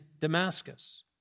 Damascus